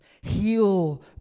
heal